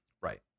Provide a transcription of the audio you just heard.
Right